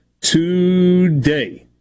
today